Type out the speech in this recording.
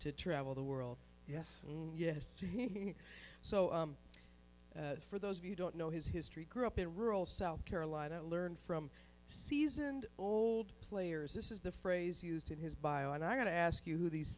to travel the world yes and yes so for those of you don't know his history grew up in rural south carolina learned from seasoned old players this is the phrase used in his bio and i got to ask you who these